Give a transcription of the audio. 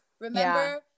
remember